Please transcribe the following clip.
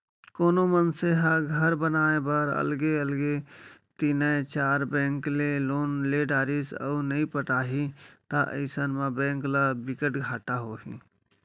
कोनो मनसे ह घर बनाए बर अलगे अलगे तीनए चार बेंक ले लोन ले डरिस अउ नइ पटाही त अइसन म बेंक ल बिकट घाटा होही